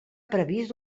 previst